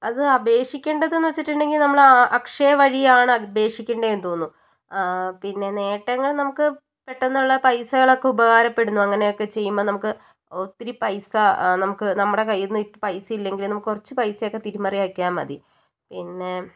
അത് അപേക്ഷിക്കേണ്ടതെന്ന് വച്ചിട്ടുണ്ടെങ്കിൽ നമ്മള് അക്ഷയ വഴിയാണ് അപേക്ഷിക്കണ്ടേന്ന് തോന്നുന്നു പിന്നെ നേട്ടങ്ങള് നമുക്ക് പെട്ടന്നുള്ള പൈസകളൊക്കെ ഉപകാരപ്പെടുന്നു അങ്ങനെയൊക്കെ ചെയ്യുമ്പം നമുക്ക് ഒത്തിരി പൈസ നമുക്ക് നമ്മുടെ കയ്യിൽ നിന്ന് ഇപ്പം പൈസ ഇല്ലങ്കില് നമുക്ക് കുറച്ച് പൈസയൊക്കെ തിരുമറി ആക്കിയാൽ മതി പിന്നെ